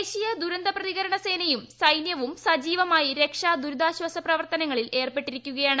ദേശീയ ദുരന്തപ്രതികരണ സേനയും സൈന്യവും സജീവമായി രക്ഷാ ദുരിതാശ്വാസ പ്രവർത്തനങ്ങളിൽ ഏർപ്പെട്ടിരിക്കുകയാണ്